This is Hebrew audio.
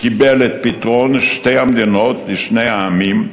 קיבל את פתרון שתי המדינות לשני עמים,